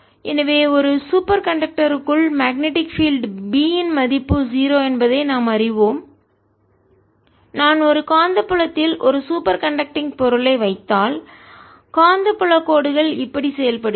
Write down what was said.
எனவே ஒரு சூப்பர் கண்டக்டருக்குள் மேக்னெட்டிக் பீல்டு காந்தப்புலம் B இன் மதிப்பு 0 என்பதை நாம் அறிவோம் நான் ஒரு காந்தப்புலத்தில் ஒரு சூப்பர் கண்டக்டிங் பொருளை வைத்தால் காந்தப்புல கோடுகள் இப்படி செயல்படுகின்றன